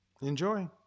Enjoy